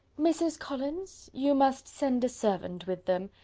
mrs. collins, you must send a servant with them.